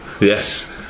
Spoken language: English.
Yes